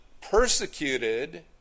persecuted